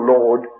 Lord